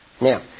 Now